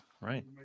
right